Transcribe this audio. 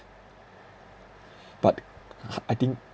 but I think